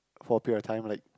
for a period of time like